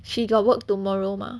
she got work tomorrow mah